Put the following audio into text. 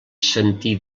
sentir